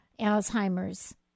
Alzheimer's